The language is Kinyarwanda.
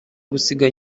gusiga